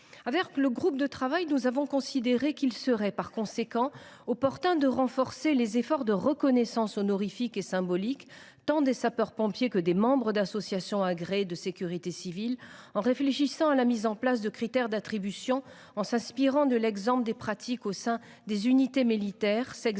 Avec le groupe de travail, nous avons considéré qu’il serait opportun de renforcer les efforts de reconnaissance honorifique et symbolique, tant des sapeurs pompiers que des membres d’associations agréées de sécurité civile, en réfléchissant à la mise en place de critères d’attribution et en s’inspirant de l’exemple des pratiques au sein des unités militaires